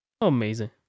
amazing